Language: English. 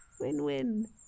Win-win